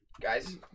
guys